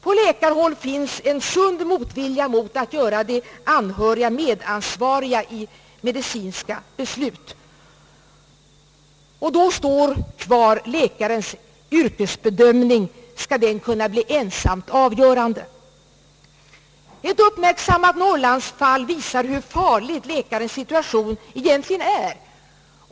På läkarhåll finns en sund motvilja mot att göra de anhöriga medansvariga i medicinska beslut, och då kvarstår läkarens yrkesbedömning. Skall den bli ensam avgörande? Ett uppmärksammat norrlandsfall visar hur farlig läkarens situation egentligen är.